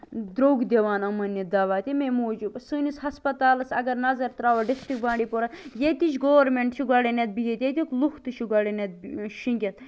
دروٚگ دِوان یِمن یہِ دوا تَمے موٗجوٗب سانِس ہَسپَتالَس اَگر نَظر تراوو ڈِسٹرک بانڈپورہ ییٚتِچ گورمینٹ چھِ گۄڈٕنیتھ بِہَتھ ییٚتیُک لُکھ تہِ چھِ گۄڈٕ نیتھ شٔنگِتھ